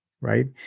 right